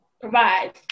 provides